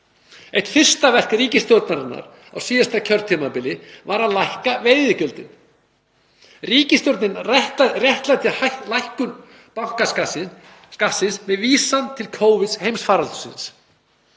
Eitt fyrsta verk ríkisstjórnarinnar á síðasta kjörtímabili var að lækka veiðigjöldin. Ríkisstjórnin réttlætti lækkun bankaskattsins með vísan til heimsfaraldurs